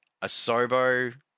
Asobo